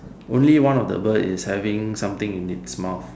only one of the bird is having something in its mouth